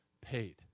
paid